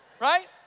right